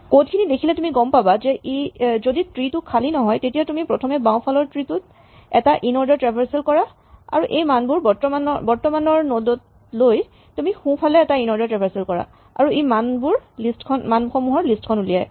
code খিনি দেখিলে তুমি গম পাবা যে যদি ট্ৰী টো খালী নহয় তেতিয়া তুমি প্ৰথমে বাওঁফালৰ ট্ৰী টোত এটা ইনঅৰ্ডাৰ ট্ৰেভাৰছেল কৰা আৰু এই মানসমূহ বৰ্তমানৰ নড ত লৈ তুমি সোঁফালে এটা ইনঅৰ্ডাৰ ট্ৰেভাৰছেল কৰা আৰু ই মানসমূহৰ লিষ্ট খন উলিয়ায়